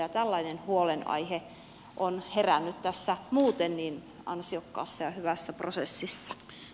tällainen huolenaihe on herännyt tässä muuten niin ansiokkaassa ja hyvässä prosessissa